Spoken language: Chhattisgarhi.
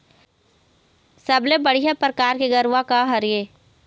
सबले बढ़िया परकार के गरवा का हर ये?